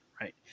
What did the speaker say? right